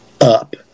up